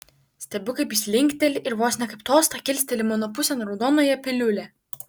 stebiu kaip jis linkteli ir vos ne kaip tostą kilsteli mano pusėn raudonąją piliulę